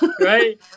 Right